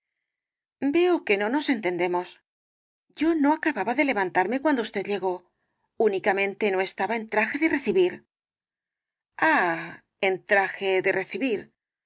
o que no nos entendemos yo no acababa de levantarme cuando usted llegó tínicamente no estaba en traje de recibir ah en traje de recibir